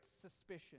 suspicion